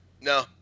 No